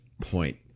point